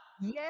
yes